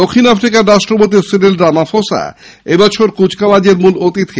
দক্ষিণ আফ্রিকার রাষ্ট্রপতি সিরিল রামাফোসা এবছর কুচকাওয়াজের মূল অতিথি